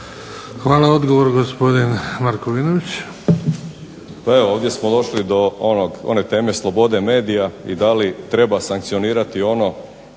**Markovinović, Krunoslav (HDZ)** Pa evo, ovdje smo došli do one teme slobode medija i da li treba sankcionirati ono,